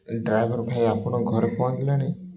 driver ଭାଇ ଆପଣ ଘରେ ପହଞ୍ଚିଲେଣି